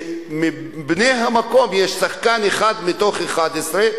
שמבני המקום יש שחקן אחד מתוך 11,